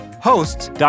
Hosts